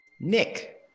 nick